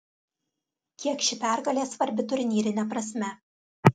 kiek ši pergalė svarbi turnyrine prasme